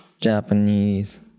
japanese